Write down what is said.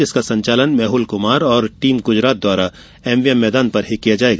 जिसका संचालन मेहुल कुमार एवं टीम गुजरात द्वारा एमवीएम मैदान पर किया जाएगा